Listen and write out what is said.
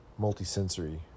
multisensory